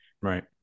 Right